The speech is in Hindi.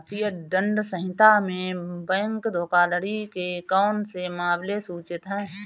भारतीय दंड संहिता में बैंक धोखाधड़ी के कौन से मामले सूचित हैं?